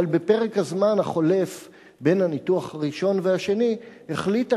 אבל בפרק הזמן החולף בין הניתוח הראשון והשני החליטה